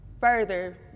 further